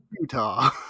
Utah